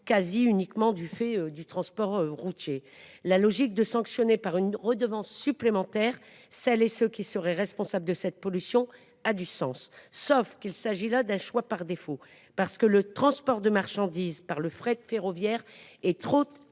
quasi uniquement du fait du transport routier. La logique de sanctionner par une redevance supplémentaire. Celles et ceux qui seraient responsables de cette pollution a du sens, sauf qu'il s'agit là d'un choix par défaut parce que le transport de marchandises par le fret ferroviaire est trop